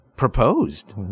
proposed